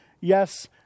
yes